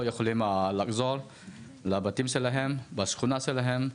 יכולים לחזור לבתים שלהם או לשכונה שלהם.